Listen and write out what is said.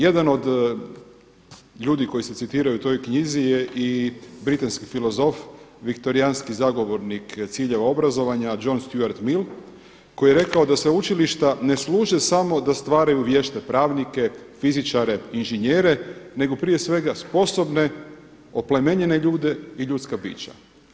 Jedan od ljudi koji se citiraju u toj knjizi je i britanski filozof viktorijanski zagovornik ciljeva obrazovanja Johan Stuart Mill koji je rekao da sveučilišta ne služe samo da stvaraju vješte pravnike, fizičare, inženjere, nego prije svega sposobne, oplemenjene ljude i ljudska bića.